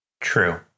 True